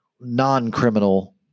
non-criminal